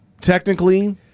Technically